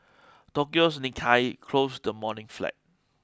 Tokyo's Nikkei closed the morning flat